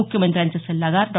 मुख्यमंत्र्यांचे सल्लागार डॉ